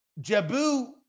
Jabu